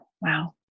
wow